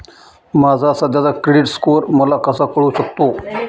माझा सध्याचा credit score मला कसा कळू शकतो?